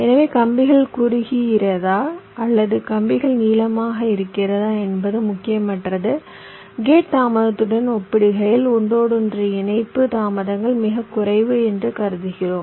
எனவே கம்பிகள் குறுகியதா அல்லது கம்பிகள் நீளமாக இருக்கிறதா என்பது முக்கியமற்றது கேட் தாமதத்துடன் ஒப்பிடுகையில் ஒன்றோடொன்று இணைப்பு தாமதங்கள் மிகக் குறைவு என்று கருதுகிறோம்